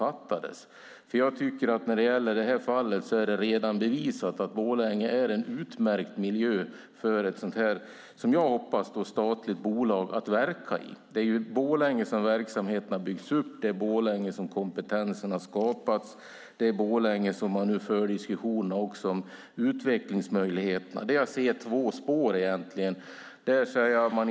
När det gäller det aktuella fallet tycker jag att det redan är bevisat att Borlänge är en utmärkt miljö för ett som jag hoppas statligt bolag att verka i. Det är ju i Borlänge som verksamheterna har byggts upp, det är i Borlänge som kompetensen har skapats, och det är också Borlänge man talar om i diskussioner om utvecklingsmöjligheter. Det handlar egentligen om två spår.